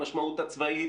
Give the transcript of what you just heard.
במשמעות הצבאית?